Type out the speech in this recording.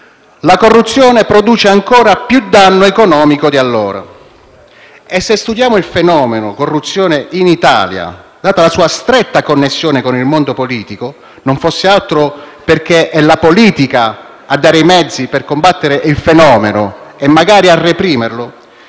la corruzione produce ancora più danno economico di allora. E, se studiamo il fenomeno corruzione in Italia, data la sua stretta connessione con il mondo politico, non fosse altro perché è la politica a dare i mezzi per combattere il fenomeno e magari a reprimerlo,